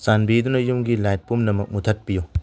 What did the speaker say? ꯆꯥꯟꯕꯤꯗꯨꯅ ꯌꯨꯝꯒꯤ ꯂꯥꯏꯠ ꯄꯨꯝꯅꯃꯛ ꯃꯨꯊꯠꯄꯤꯌꯨ